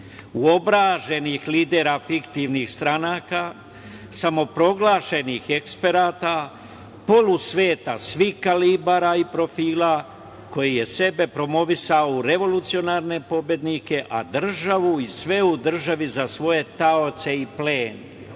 uobraženih lidera fiktivnih stranaka, samoproglašenih eksperata, polusveta svih kalibara i profila koji je sebe promovisao u revolucionarne pobednike, a državu i sve u državi za svoje taoce i plen“,